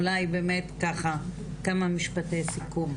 אולי כמה באמת כמה משפטי סיכום.